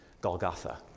Golgotha